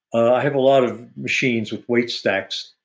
i have a lot of machines with weight stacks.